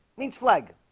means flag